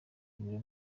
ibiro